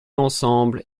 ensemble